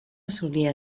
solia